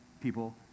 people